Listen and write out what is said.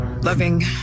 loving